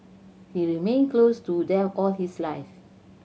he remained close to them all his life